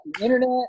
internet